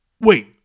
wait